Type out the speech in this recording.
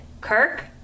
Kirk